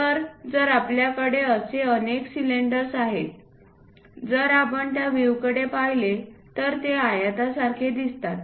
तर जर आपल्याकडे असे अनेक सिलेंडर्स आहेत जर आपण या व्हिवकडे पाहिले तर ते आयतासारखे दिसतात